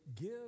give